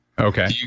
Okay